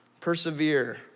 Persevere